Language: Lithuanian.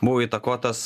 buvo įtakotas